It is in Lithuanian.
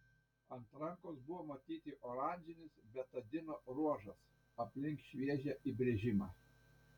ant rankos buvo matyti oranžinis betadino ruožas aplink šviežią įbrėžimą